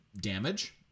damage